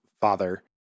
father